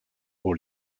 aux